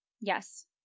Yes